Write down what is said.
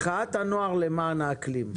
מחאת הנוער למען האקלים.